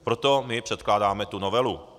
Proto my předkládáme tu novelu.